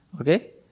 Okay